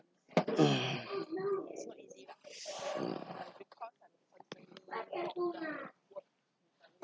mm